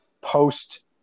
post